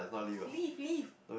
leaf leaf